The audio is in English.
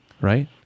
right